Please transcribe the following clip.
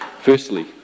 Firstly